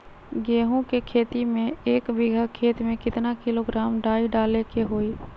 गेहूं के खेती में एक बीघा खेत में केतना किलोग्राम डाई डाले के होई?